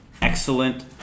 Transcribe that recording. Excellent